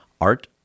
Art